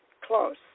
close